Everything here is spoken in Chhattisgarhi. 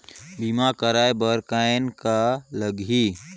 बीमा कराय बर कौन का लगही?